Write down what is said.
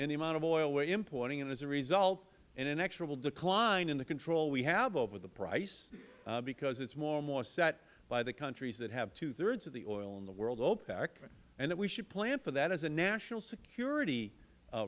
the amount of oil we are importing and as a result an inexorable decline in the control we have over the price because it is more and more set by the countries that have two thirds of the oil in the world opec and that we should plan for that as a national security